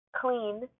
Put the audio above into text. clean